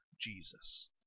Jesus